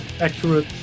accurate